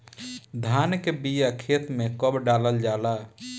धान के बिया खेत में कब डालल जाला?